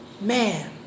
man